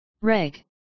Reg